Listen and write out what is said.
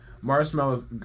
Marshmallow's